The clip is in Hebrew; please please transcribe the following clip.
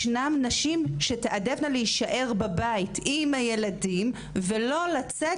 ישנן נשים שתעדפנה להישאר בבית עם הילדים ולא לצאת